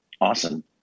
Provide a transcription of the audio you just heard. Awesome